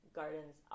gardens